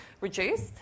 reduced